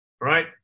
Right